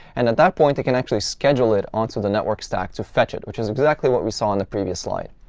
and at that point, it can actually schedule it onto the network stack to fetch it, which is exactly what we saw in the previous slide.